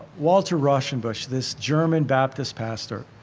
walter rauschenbusch, this german baptist pastor